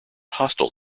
hostile